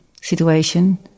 situation